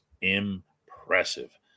impressive